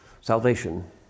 salvation